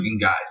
guys